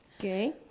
Okay